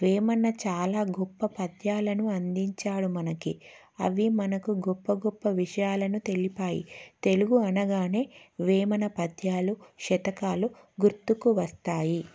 వేమన చాలా గొప్ప పద్యాలను అందించాడు మనకి అవి మనకు గొప్ప గొప్ప విషయాలను తెలిపాయి తెలుగు అనగానే వేమన పద్యాలు శతకాలు గుర్తుకు వస్తాయి